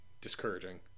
discouraging